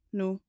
nu